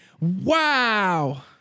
Wow